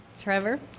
Trevor